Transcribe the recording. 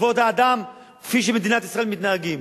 האדם כפי שבמדינת ישראל מתנהגים,